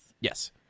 Yes